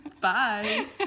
Bye